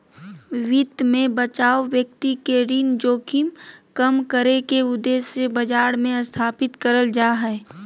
वित्त मे बचाव व्यक्ति के ऋण जोखिम कम करे के उद्देश्य से बाजार मे स्थापित करल जा हय